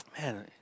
man